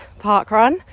parkrun